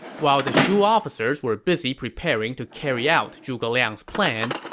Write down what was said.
while the shu officers were busy preparing to carry out zhuge liang's plan,